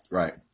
right